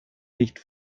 nicht